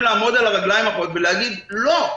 לעמוד על הרגליים האחוריות ולהגיד: לא.